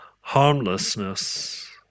harmlessness